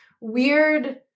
weird